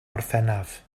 orffennaf